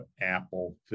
Apple